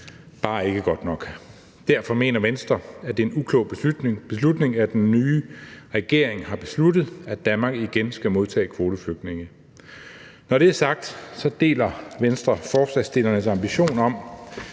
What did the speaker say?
bare ikke godt nok. Derfor mener Venstre, at det er en uklog beslutning, at den nye regering har besluttet, at Danmark igen skal modtage kvoteflygtninge. Når det er sagt, så deler Venstre forslagsstillernes ambition om,